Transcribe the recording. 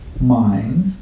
mind